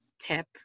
tip